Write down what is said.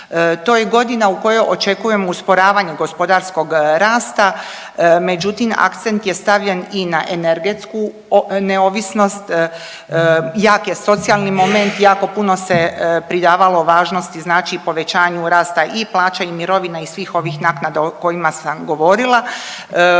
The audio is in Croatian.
To je godina u kojoj očekujemo usporavanje gospodarskog rasta, međutim akcent je stavljen i na energetsku neovisnost, jak je socijalni moment, jako puno se pridavalo važnosti znači povećanju rasta i plaćanju mirovina i svih ovih naknada o kojima sam govorila,